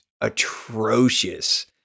atrocious